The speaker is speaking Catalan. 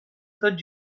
tot